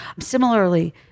Similarly